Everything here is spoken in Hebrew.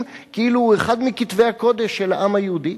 כאילו הוא אחד מכתבי הקודש של העם היהודי.